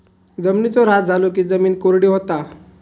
जिमिनीचो ऱ्हास झालो की जिमीन कोरडी होता